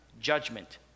judgment